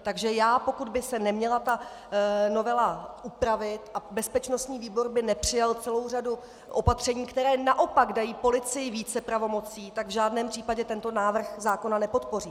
Takže já, pokud by se neměla novela upravit a bezpečnostní výbor by nepřijal celou řadu opatření, která naopak dají policii více pravomocí, v žádném případě tento návrh zákona nepodpořím.